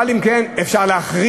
אבל אם כן, אפשר להחריג,